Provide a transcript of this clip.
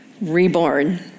reborn